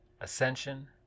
Ascension